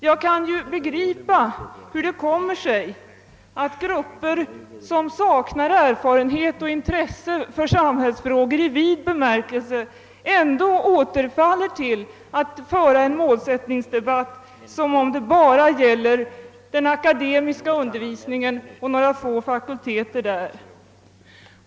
Jag kan förstå hur det kommer sig att grupper som saknar erfarenhet av och intresse för samhällsfrågor i vid bemärkelse ändå återfaller till att föra en målsättningsdebatt som om det bara gällde den akademiska undervisningen och några få fakulteter där.